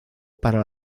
para